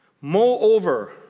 Moreover